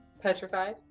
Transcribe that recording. petrified